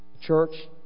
Church